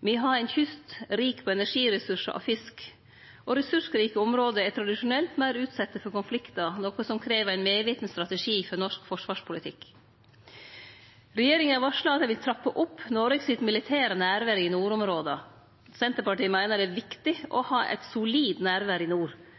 Me har ein kyst som er rik på energiressursar og fisk. Ressursrike område er tradisjonelt meir utsette for konfliktar, noko som krev ein medviten strategi for norsk forsvarspolitikk. Regjeringa har varsla at dei vil trappe opp Noregs militære nærvær i nordområda. Senterpartiet meiner det er viktig å ha eit solid nærvær i nord.